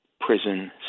prison